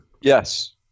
Yes